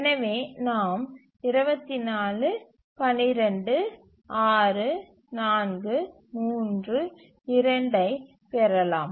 எனவே நாம் 24 12 6 4 3 2 ஐப் பெறலாம்